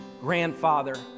grandfather